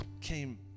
came